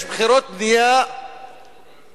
יש חברות בנייה ציבוריות,